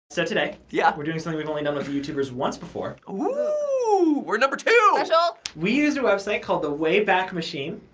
so today. yeah. we're doing something we've only done with youtubers once before. ooh! we're number two! special! so we used a website called the wayback machine,